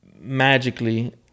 magically